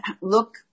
look